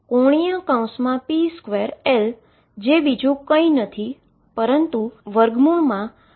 માટે p બરાબર ⟨p2⟩L જે બીજુ કઈ નથી પરંતુ ⟨p2⟩ છે